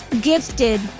gifted